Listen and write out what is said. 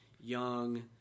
young